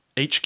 HQ